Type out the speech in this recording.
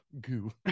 Goo